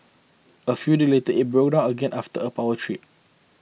a few days later it broke down again after a power trip